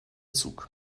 zug